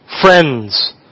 friends